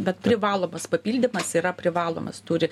bet privalomas papildymas yra privalomas turi